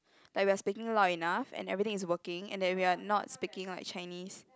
like we are speaking loud enough and everything is working and that we are not speaking like Chinese